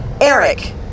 Eric